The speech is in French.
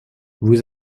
vous